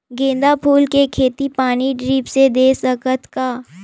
गेंदा फूल के खेती पानी ड्रिप से दे सकथ का?